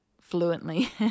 fluently